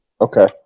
Okay